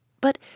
But